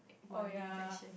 oh ya